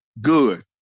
Good